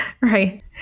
right